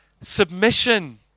Submission